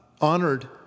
honored